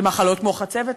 של מחלות כמו חצבת,